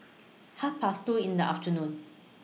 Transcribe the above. Half Past two in The afternoon